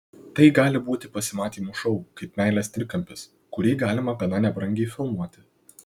tai gali būti pasimatymų šou kaip meilės trikampis kurį galima gana nebrangiai filmuoti